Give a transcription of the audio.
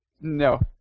No